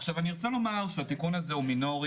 עכשיו אני ארצה לומר שהתיקון הזה הוא מינורי,